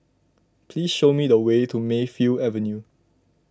please show me the way to Mayfield Avenue